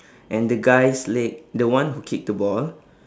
and the guy's leg the one who kicked the ball